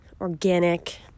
organic